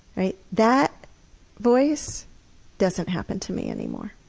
right. that voice doesn't happen to me anymore.